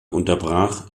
unterbrach